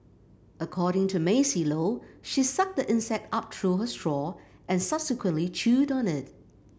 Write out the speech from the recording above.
according to Maisie Low she sucked the insect up through her straw and subsequently chewed on it